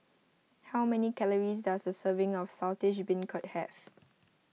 how many calories does a serving of Saltish Beancurd have